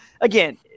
again